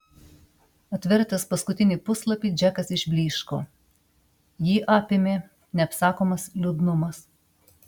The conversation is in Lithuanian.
atvertęs paskutinį puslapį džekas išblyško jį apėmė neapsakomas liūdnumas